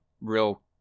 real